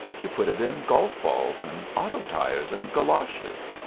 you put it in golf balls and auto tires and galoches.